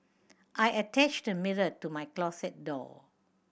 I attached a mirror to my closet door